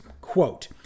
Quote